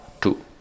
Two